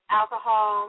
alcohol